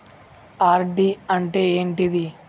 RD అంటే ఏంటిది?